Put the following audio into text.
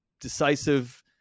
decisive